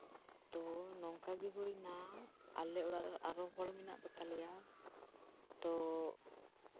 ᱛᱳ ᱱᱚᱝᱠᱟ ᱜᱮ ᱦᱩᱭ ᱱᱟ ᱟᱞᱮ ᱚᱲᱟᱜᱨᱮ ᱱᱚᱝᱠᱟ ᱜᱮ ᱦᱚᱲ ᱢᱮᱱᱟᱜ ᱠᱚᱛᱟ ᱞᱮᱭᱟ ᱛᱳ